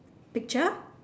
picture